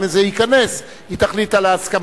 אם זה ייכנס, היא תחליט על הסכמתה.